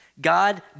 God